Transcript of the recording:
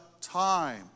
time